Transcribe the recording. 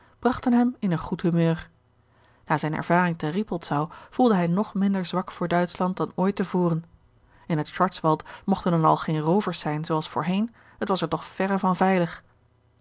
brachten hem in een goed humeur na zijne ervaring te rippoldsau voelde hij nog minder zwak voor duitschland dan ooit te voren in het schwarzwald mochten dan al geen roovers zijn zoo als voorheen het was er toch verre van veilig